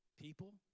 people